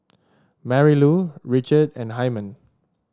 Marylou Richard and Hymen